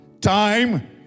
Time